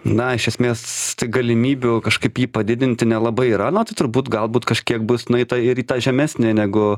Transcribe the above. na iš esmės galimybių kažkaip jį padidinti nelabai yra na tai turbūt galbūt kažkiek bus nueita ir į tą žemesnį negu